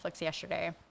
yesterday